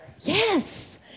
Yes